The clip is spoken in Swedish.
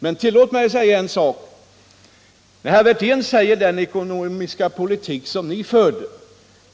Men tillåt mig att säga en sak med anledning av herr Wirténs tal om den politik som vi förde.